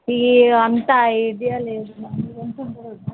ఈ అంతా ఐడియా లేదు మాములుగా అంతు ఉండదు అది